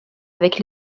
avec